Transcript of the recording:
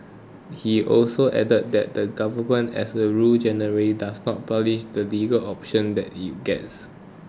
he also added that the government as a rule generally does not publish the legal option that it gets